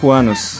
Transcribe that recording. anos